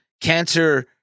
cancer